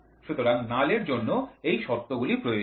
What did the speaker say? সুতরাং নাল এর জন্য এই শর্ত গুলো প্রয়োজন